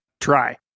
Try